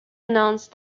announced